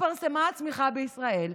התפרסמה הצמיחה בישראל.